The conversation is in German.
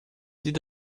sieht